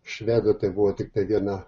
švedų tai buvo tiktai viena